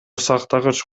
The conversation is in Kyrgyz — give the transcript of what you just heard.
сактагыч